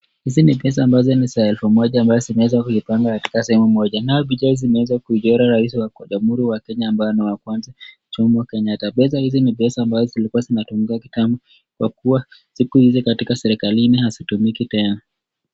Hizi ni pesa ambazo ni za elfu moja ambazo zimewezwa kuipangwa katika sehemu moja, kuchorwa raisi wakwanza nchini Kenya Jomo Kenyetta, pesa hizi ni pesa ambazo zilitumika kitambo, kwakua siku hizi katika serikalini hazitumiki tena.